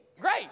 great